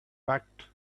packed